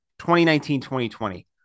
2019-2020